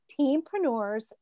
teampreneurs